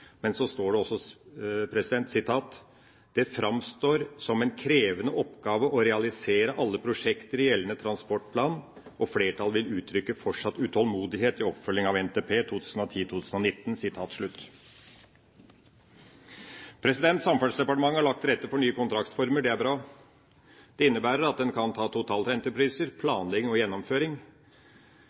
Men så står det også at det framstår som: «en krevende oppgave å realisere alle prosjektene i gjeldende transportplan. Flertallet vil uttrykke fortsatt utålmodighet i oppfølgingen av Nasjonal transportplan 2010–2019». Samferdselsdepartementet har lagt til rette for nye kontraktsformer. Det er bra. Det innebærer at en kan ta totalentrepriser, planlegging og gjennomføring.